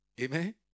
Amen